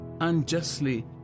unjustly